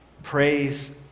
Praise